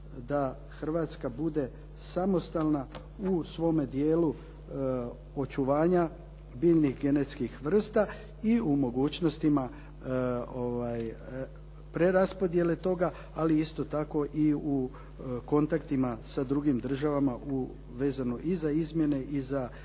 da Hrvatska bude samostalna u svome dijelu očuvanja biljnih genetskih vrsta i u mogućnostima preraspodjele toga. Ali isto tako i u kontaktima sa drugim državama vezano i za izmjene i za stvaranje